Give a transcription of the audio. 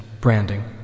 branding